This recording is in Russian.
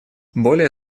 более